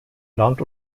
land